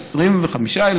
25,000,